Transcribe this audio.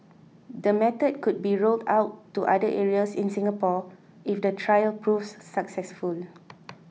the method could be rolled out to other areas in Singapore if the trial proves successful